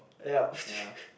yup